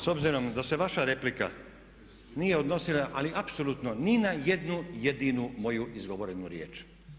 S obzirom da se vaša replika nije odnosila ali apsolutno ni na jednu jedinu moju izgovorenu riječ.